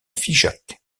figeac